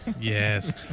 Yes